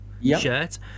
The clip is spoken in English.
shirt